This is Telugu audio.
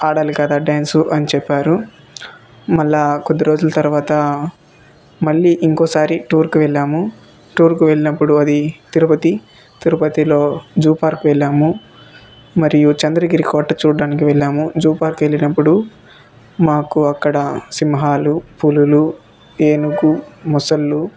ఆడాలి కదా డ్యాన్స్ అని చెప్పారు మళ్ళా కొద్ది రోజుల తర్వాత మళ్ళీ ఇంకోసారి టూర్కి వెళ్ళాము టూర్కి వెళ్ళినప్పుడు అది తిరుపతి తిరుపతిలో జూ పార్క్ వెళ్ళాము మరియు చంద్రగిరి కోట చూడడానికి వెళ్ళాము జూ పార్క్ వెళ్ళినప్పుడు మాకు అక్కడ సింహాలు పులులు ఏనుగు మొసళ్ళు